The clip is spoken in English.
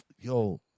yo